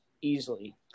easily